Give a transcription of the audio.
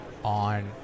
on